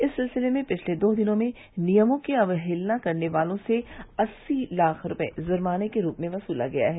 इस सिलसिले में पिछले दो दिनों में नियमों की अवहेलान करने वालों से अस्सी लाख रूपये जुर्माने के रूप में वसूला गया है